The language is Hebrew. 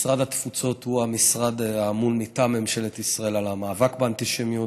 משרד התפוצות הוא המשרד האמון מטעם ממשלת ישראל על המאבק באנטישמיות,